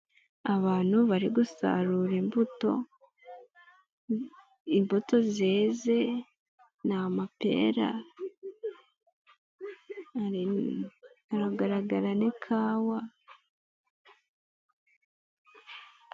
Abantu bari gusarura imbuto, imbuto zeze, n'amape, haragara n'kawa...